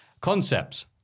Concepts